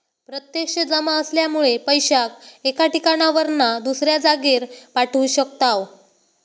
प्रत्यक्ष जमा असल्यामुळे पैशाक एका ठिकाणावरना दुसऱ्या जागेर पाठवू शकताव